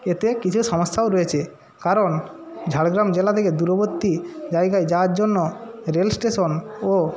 এতে কিছু সমস্যাও রয়েছে কারণ ঝাড়গ্রাম জেলা থেকে দূরবর্তী জায়গায় যাওয়ার জন্য রেলস্টেশন ও